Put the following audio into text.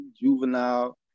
Juvenile